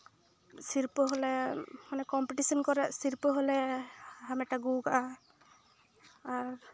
ᱥᱤᱨᱯᱟᱹ ᱦᱚᱞᱮ ᱢᱟᱱᱮ ᱠᱚᱢᱯᱤᱴᱤᱥᱮᱱ ᱠᱚᱨᱮᱜ ᱥᱤᱨᱯᱟᱹ ᱦᱚᱞᱮ ᱦᱟᱢᱮᱴ ᱟᱹᱜᱩ ᱟᱠᱟᱫᱟ ᱟᱨ